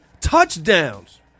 touchdowns